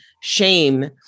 shame